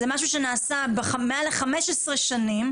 זה משהו שנעשה מעל לחמש עשרה שנים.